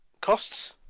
costs